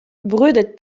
brudet